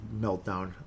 meltdown